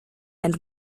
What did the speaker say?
and